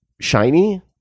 shiny